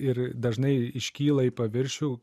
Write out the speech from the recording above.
ir dažnai iškyla į paviršių